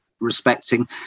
respecting